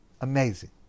Amazing